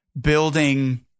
building